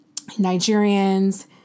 Nigerians